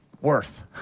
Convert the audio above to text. worth